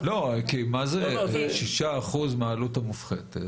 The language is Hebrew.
לא, כי מה זה 6% מהעלות המופחתת?